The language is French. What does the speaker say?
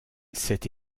cet